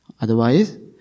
Otherwise